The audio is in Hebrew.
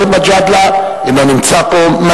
גאלב מג'אדלה, אינו נמצא פה.